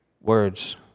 Words